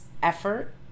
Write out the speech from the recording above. effort